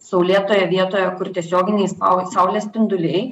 saulėtoje vietoje kur tiesioginiai sau saulės spinduliai